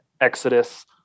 exodus